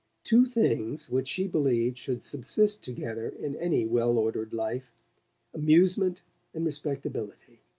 two things which she believed should subsist together in any well-ordered life amusement and respectability